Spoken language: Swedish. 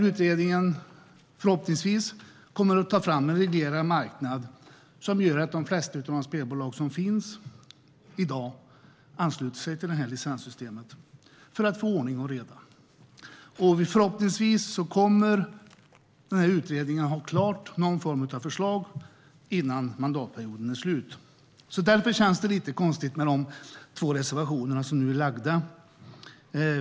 Utredningen kommer förhoppningsvis att leda till en reglerad marknad som gör att de flesta av de spelbolag som finns i dag ansluter sig till licenssystemet så att det blir ordning och reda. Förhoppningsvis kommer utredningen att ha någon form av förslag klart före mandatperiodens slut. Därför känns de två reservationerna lite konstiga.